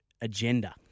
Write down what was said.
agenda